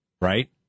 Right